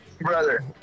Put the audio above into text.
brother